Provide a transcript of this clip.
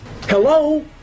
Hello